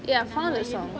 eh I found the song